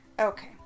Okay